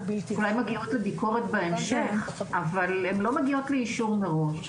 אולי הן מגיעות לביקורת בהמשך אבל הן לא מגיעות לאישור מראש.